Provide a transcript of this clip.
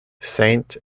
saint